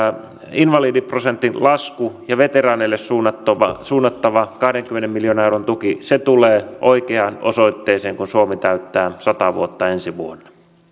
invalidiprosentin lasku ja veteraaneille suunnattava suunnattava kahdenkymmenen miljoonan euron tuki tulee oikeaan osoitteeseen kun suomi täyttää sata vuotta ensi vuonna